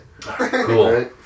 Cool